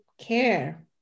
care